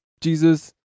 Jesus